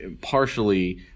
partially